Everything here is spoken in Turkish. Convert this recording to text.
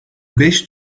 beş